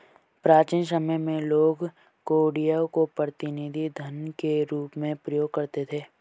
प्राचीन समय में लोग कौड़ियों को प्रतिनिधि धन के रूप में प्रयोग करते थे